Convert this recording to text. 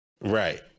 Right